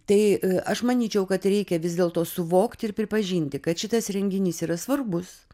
tai aš manyčiau kad reikia vis dėlto suvokti ir pripažinti kad šitas renginys yra svarbus